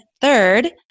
third